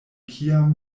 kiam